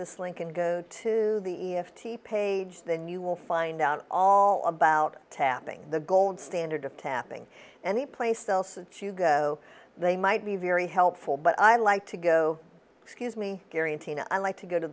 this link and go to the e f t page then you will find out all about tapping the gold standard of tapping anyplace else they might be very helpful but i like to go excuse me i like to go to